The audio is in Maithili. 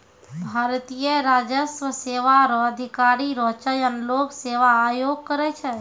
भारतीय राजस्व सेवा रो अधिकारी रो चयन लोक सेवा आयोग करै छै